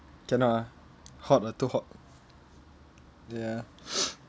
cannot ah hot ah too hot ya